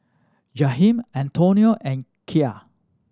Jaheim Antonio and Kaia